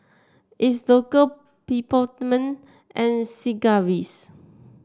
Isocal Peptamen and Sigvaris